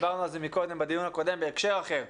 דיברנו על זה קודם, בדיון הקודם, בהקשר אחר.